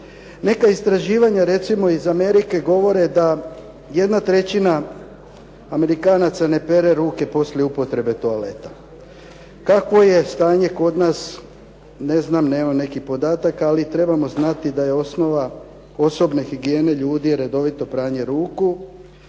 Neka istraživanja, recimo iz Amerike, govore da 1/3 Amerikanaca ne pere ruke poslije uporabe toaleta. Kakvo je stanje kod nas ne znam, nemam nekih podataka, ali trebamo znati da je osnova osobne higijene ljudi redovito pranje ruku.